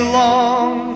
long